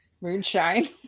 moonshine